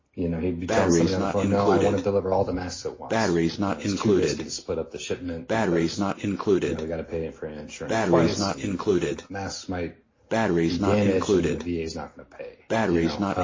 you know, he'd be telling somebody on the phone, no, i want to deliver all the mass at once. you know, it's too risky to split up the shipment because, you know, we've got to pay and for and insurance twice. and, you know, the mass might be damaged and then and the v a. is not going to pay, you know,